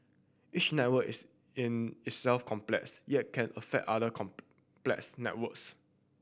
each network is in itself complex yet can affect other complex networks